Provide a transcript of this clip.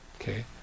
Okay